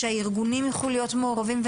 שהארגונים יוכלו להיות מעורבים,